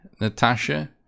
Natasha